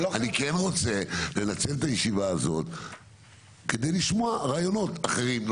אני כן רוצה לנצל את הישיבה הזאת כדי לשמוע רעיונות אחרים,